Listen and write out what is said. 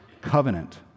covenant